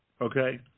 Okay